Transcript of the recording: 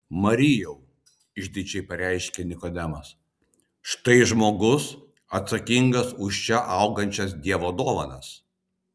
marijau išdidžiai pareiškė nikodemas štai žmogus atsakingas už čia augančias dievo dovanas